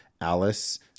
alice